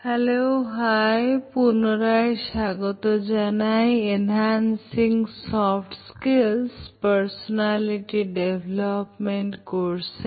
hello পুনরায় স্বাগত জানাই enhancing soft skills personality development কোর্সে